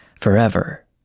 forever